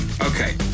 Okay